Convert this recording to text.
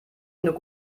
genug